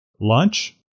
lunch